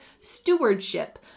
stewardship